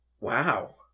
Wow